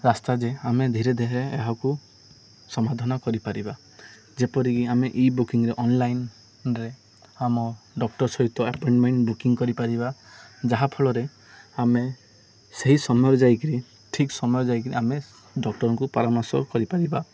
ରାସ୍ତା ଯେ ଆମେ ଧୀରେ ଧୀରେ ଏହାକୁ ସମାଧାନ କରିପାରିବା ଯେପରିକି ଆମେ ଇ ବୁକିଂରେ ଅନଲାଇନ୍ରେ ଆମ ଡ଼କ୍ଟର ସହିତ ଆପଏଣ୍ଟମେଣ୍ଟ ବୁକିଂ କରିପାରିବା ଯାହାଫଳରେ ଆମେ ସେହି ସମୟ ଯାଇକିରି ଠିକ୍ ସମୟ ଯାଇକିରି ଆମେ ଡ଼କ୍ଟରଙ୍କୁ ପରାମର୍ଶ କରିପାରିବା